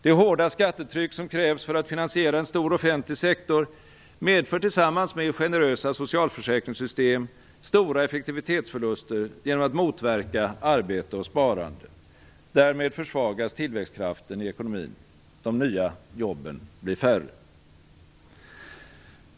Det hårda skattetryck som krävs för att finansiera en stor offentlig sektor medför tillsammans med generösa socialförsäkringssystem stora effektivitetsförluster genom att motverka arbete och sparande. Därmed försvagas tillväxtkraften i ekonomin, och de nya jobben blir färre.